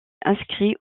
inscrit